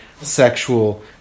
sexual